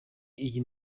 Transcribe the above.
iyi